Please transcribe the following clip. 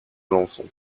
alençon